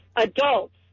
adults